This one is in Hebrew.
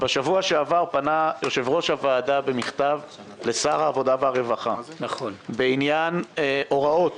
בשבוע שעבר פנה יושב-ראש הוועדה במכתב לשר העבודה והרווחה בעניין הוראות